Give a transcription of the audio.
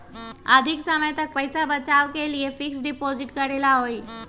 अधिक समय तक पईसा बचाव के लिए फिक्स डिपॉजिट करेला होयई?